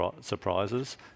surprises